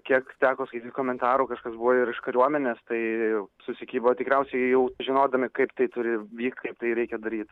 kiek teko skaityt komentarų kažkas buvo ir iš kariuomenės tai susikibo tikriausiai jau žinodami kaip tai turi vykt kaip tai reikia daryt